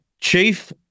Chief